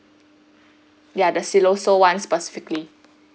ya the siloso [one] specifically